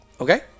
Okay